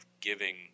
giving